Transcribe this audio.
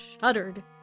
shuddered